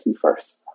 first